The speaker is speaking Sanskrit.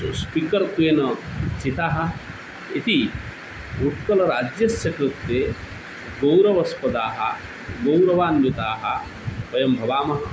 स्पीकर्त्वेन चिताः इति उत्कलराज्यस्य कृते गौरवस्पदाः गौरवान्विताः वयं भवामः